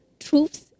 truths